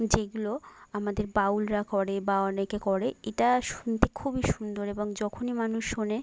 যেগুলো আমাদের বাউলরা করে বা অনেকে করে এটা শুনতে খুবই সুন্দর এবং যখনই মানুষ শোনে